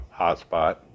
hotspot